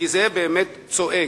כי זה באמת צועק.